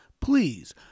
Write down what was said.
please